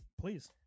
Please